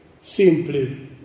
simply